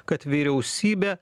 kad vyriausybė